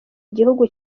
gihugu